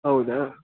ಹೌದಾ